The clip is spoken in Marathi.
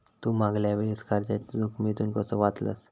तू मागल्या वेळेस कर्जाच्या जोखमीतून कसो वाचलस